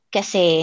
Kasi